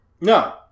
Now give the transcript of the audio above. No